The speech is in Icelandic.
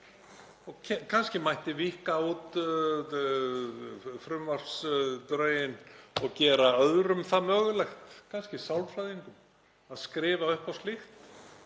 Kannski mætti víkka út frumvarpsdrögin og gera öðrum það mögulegt, kannski sálfræðingum, að skrifa upp á slíkt